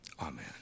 Amen